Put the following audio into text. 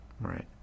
Right